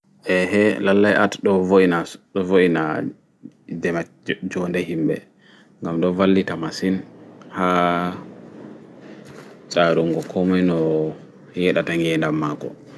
Eee lallai art ɗo wo'in jonɗe himɓe masin ngam ɗo wallita masin haa tsarungo komoi no yeɗata ngeɗam maako